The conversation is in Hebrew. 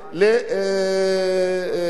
לפסיכומטרי.